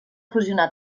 fusionar